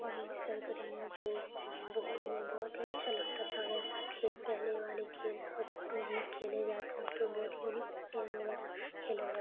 وہی سرگرمیاں جو ہمیں بہت ہی اچھا لگتا تھا ویسا کھیل پہلے والے کھیل اب نہیں کھیلے جاتے ہیں اب تو بہت ہی یونیک گیم وغیرہ کھیل وغیر